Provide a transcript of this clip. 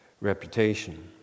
reputation